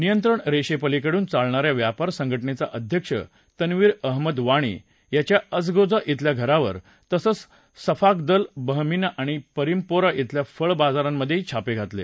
नियंत्रण रेषेपलिकडून चालणा या व्यापार संघटनेचा अध्यक्ष तन्वीर अहमद वाणी याच्या अचगोजा अल्या घरावर तसंच सफाकदल बहमीना आणि परीमपोरा अल्या फळ बाजारांमधेही छापे घातले